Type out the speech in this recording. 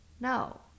No